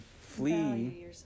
flee